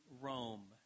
Rome